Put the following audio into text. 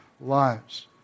lives